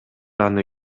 аны